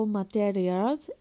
materials